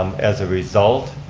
as a result,